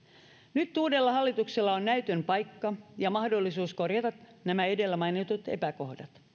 nyt uudella hallituksella on näytön paikka ja mahdollisuus korjata nämä edellä mainitut epäkohdat